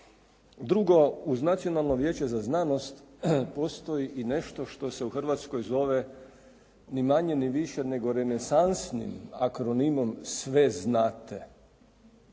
Drugo, uz Nacionalno vijeće za znanost postoji i nešto što se u Hrvatskoj zove ni manje, ni više nego renesansnim akronimom SVEZNATE.